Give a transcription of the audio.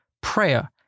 prayer